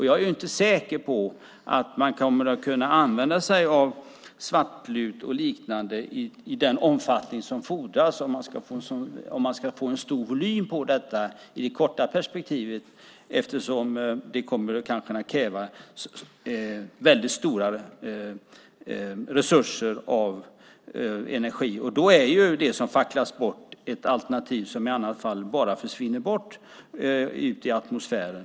Jag är inte säker på att man kommer att kunna använda sig av svartlut och liknande i den omfattning som fordras om man ska få en stor volym på detta i det korta perspektivet eftersom det kanske kommer att krävas stora resurser av energi. Då är det som facklas bort ett alternativ som i annat fall bara försvinner bort ut i atmosfären.